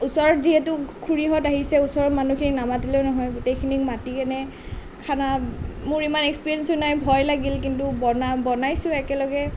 ওচৰত যিহেতু খুড়ীহঁত আহিছে ওচৰৰ মানুহখিনিক নামাতিলেও নহয় গোটেইখিনিক মাতি কেনে খানা মোৰ ইমান এক্সপেৰিয়েঞ্চো নাই ভয় লাগিল কিন্তু বনা বনাইছোঁ একেলগে